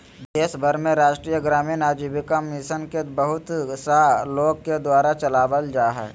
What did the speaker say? देश भर में राष्ट्रीय ग्रामीण आजीविका मिशन के बहुत सा लोग के द्वारा चलावल जा हइ